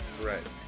Right